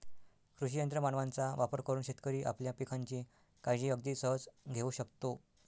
कृषी यंत्र मानवांचा वापर करून शेतकरी आपल्या पिकांची काळजी अगदी सहज घेऊ शकतो